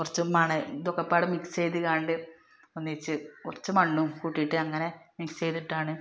കുറച്ച് മണൽ ഇതൊക്കെപ്പാടെ മിക്സ് ചെയ്ത്കാണ്ട് ഒന്നിച്ച് കുറച്ച് മണ്ണും കൂട്ടിയിട്ട് അങ്ങനെ മിക്സ് ചെയ്തിട്ടാണ്